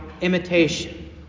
imitation